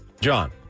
John